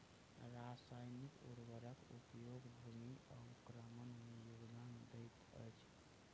रासायनिक उर्वरक उपयोग भूमि अवक्रमण में योगदान दैत अछि